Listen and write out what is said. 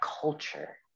culture